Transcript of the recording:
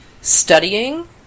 studying